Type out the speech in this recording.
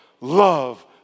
love